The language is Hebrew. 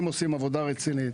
אם עושים עבודה רצינית,